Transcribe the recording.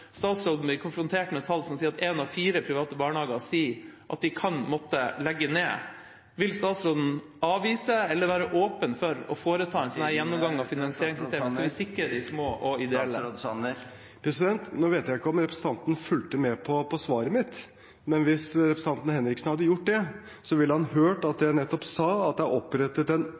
statsråden blir konfrontert med tall på at én av fire private barnehager sier de kan måtte legge ned, vil statsråden avvise eller være åpen for å foreta en slik gjennomgang av finansieringssystemet, for å sikre de små og ideelle? Nå vet jeg ikke om representanten fulgte med på svaret mitt, men hvis representanten Henriksen hadde gjort det, ville han hørt at jeg nettopp sa at det er opprettet en